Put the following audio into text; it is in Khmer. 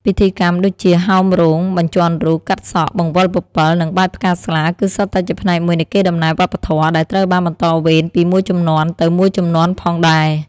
ពិធីកម្មដូចជា ហោមរោង បញ្ចាន់រូប កាត់សក់ បង្វិលពពិល និងបាចផ្កាស្លា គឺសុទ្ធតែជាផ្នែកមួយនៃកេរដំណែលវប្បធម៌ ដែលត្រូវបានបន្តវេនពីមួយជំនាន់ទៅមួយជំនាន់ផងដែរ ។